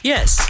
Yes